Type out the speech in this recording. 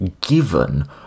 given